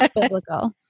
biblical